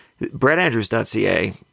brettandrews.ca